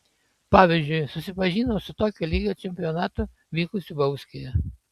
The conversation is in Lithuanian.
pavyzdžiui susipažino su tokio lygio čempionatu vykusiu bauskėje